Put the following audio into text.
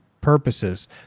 purposes